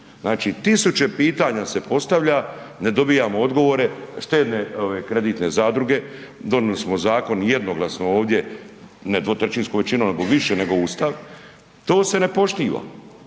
Znači tisuće pitanja se postavlja. Ne dobivamo odgovore. Štedne kreditne zadruge, donijeli smo zakon jednoglasno ovdje, ne dvotrećinskom većinom nego više nego Ustav, to se ne poštiva.